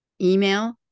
email